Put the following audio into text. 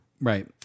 right